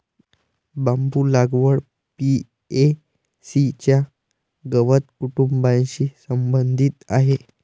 बांबू लागवड पो.ए.सी च्या गवत कुटुंबाशी संबंधित आहे